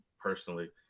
personally